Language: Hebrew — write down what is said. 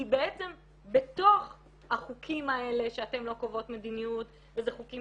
היא בעצם בתוך החוקים האלה שאתן לא קובעות מדיניות וזה חוקים